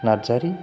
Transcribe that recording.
Narzary